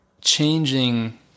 changing